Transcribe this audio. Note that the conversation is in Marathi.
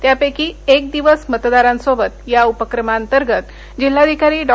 त्यापैकी एक दिवस मतदारांसोबत या उपक्रमाअंतर्गत जिल्हाधिकारी डॉ